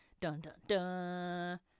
dun-dun-dun